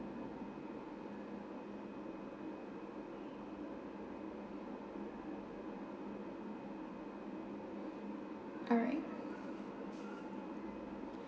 alright